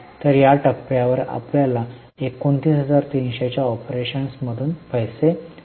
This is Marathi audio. तर या टप्प्यावर आपल्याला 29300 च्या ऑपरेशन मधून पैसे मिळतात